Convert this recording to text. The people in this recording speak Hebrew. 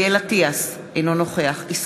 אינו נוכח אריאל אטיאס,